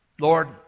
Lord